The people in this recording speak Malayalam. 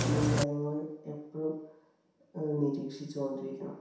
പുതിയ കാര്യങ്ങൾ എപ്പോഴും നിരീക്ഷിച്ച് കൊണ്ടിരിക്കണം